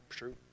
true